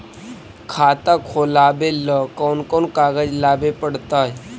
खाता खोलाबे ल कोन कोन कागज लाबे पड़तै?